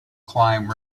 climb